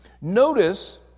Notice